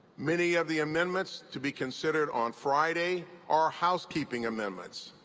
many of the amendments to be considered on friday are housekeeping amendments.